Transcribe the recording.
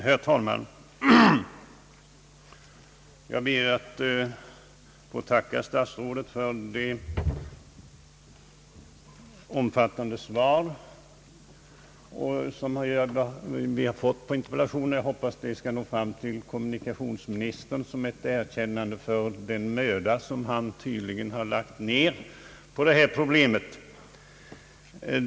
Herr talman! Jag ber att få tacka herr statsrådet för det omfattande svar som vi har fått på interpellationerna, och jag hoppas det skall nå fram till kommunikationsministern som ett erkännande för den möda som han tydligen har lagt ned på detta problem.